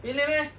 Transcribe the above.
really meh